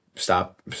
stop